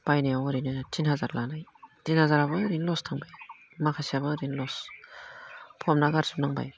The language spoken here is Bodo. बायनायाव ओरैनो थिन हाजार लानाय थिन हाजाराबो ओरैनो लस थांबाय माखासेयाबो ओरैनो लस फबना गारजोबनांबाय